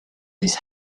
this